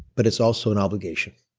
but it's also an obligation.